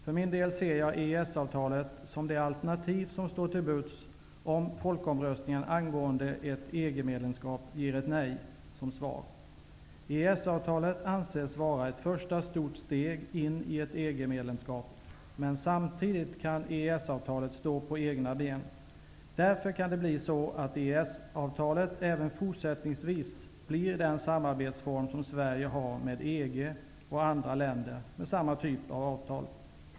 För min del ser jag EES-avtalet som det alternativ som står till buds om folkomröstningen angående ett EG-medlemskap ger ett nej som svar. EES-avtalet anses vara ett första stort steg in i ett EG medlemskap, men samtidigt kan EES-avtalet stå på egna ben. Det kan bli så att EES-avtalet även fortsättningsvis blir den samarbetsform som Sverige har med EG och med andra länder med samma typ av avtal.